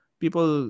people